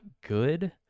good